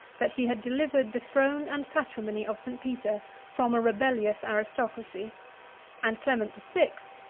that he had delivered the throne and patrimony of st. peter from a rebellious aristocracy and clement the sixth,